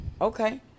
okay